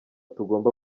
tugomba